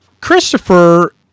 Christopher